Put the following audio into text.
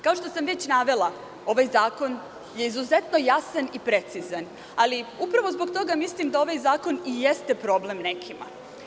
Kao što sam već navela, ovaj zakon je izuzetno jasan i precizan, ali upravo zbog toga mislim da ovaj zakon i jeste problem nekima.